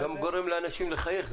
בוודאי, זה גם גורם לאנשים לחייך.